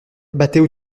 battait